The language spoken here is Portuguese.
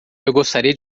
gostaria